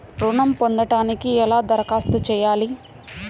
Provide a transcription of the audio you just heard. ఋణం పొందటానికి ఎలా దరఖాస్తు చేయాలి?